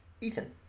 Ethan